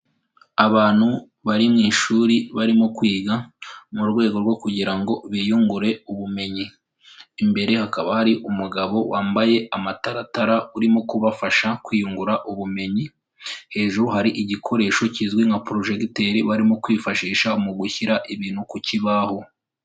Abantu bari mu ishuri barimo kwiga mu rwego rwo kugira ngo biyungure ubumenyi, imbere hakaba hari umugabo wambaye amataratara urimo kubafasha kwiyungura ubumenyi, hejuru hari igikoresho kizwi nka porojegiteri barimo kwifashisha mu gushyira ibintu ku kibaho.